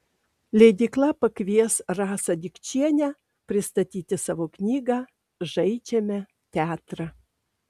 leidykla pakvies rasą dikčienę pristatyti savo knygą žaidžiame teatrą